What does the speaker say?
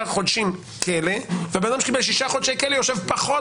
חודשים כלא כאשר בן אדם שקיבל שישה חודשי כלא יושב פחות